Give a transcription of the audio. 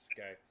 Okay